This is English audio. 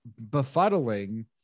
befuddling